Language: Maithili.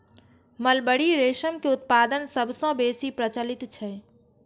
मलबरी रेशम के उत्पादन सबसं बेसी प्रचलित छै